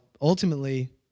Ultimately